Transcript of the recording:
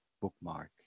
bookmark